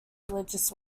religious